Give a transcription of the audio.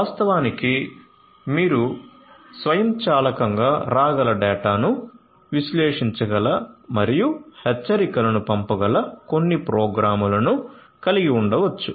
వాస్తవానికి మీరు స్వయంచాలకంగా రాగల డేటాను విశ్లేషించగల మరియు హెచ్చరికలను పంపగల కొన్ని ప్రోగ్రామ్లను కలిగి ఉండవచ్చు